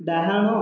ଡାହାଣ